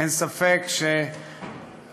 אין ספק שהכללים,